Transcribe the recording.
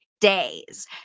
days